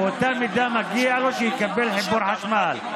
באותה מידה מגיע לו שיקבל חיבור לחשמל.